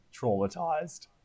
traumatized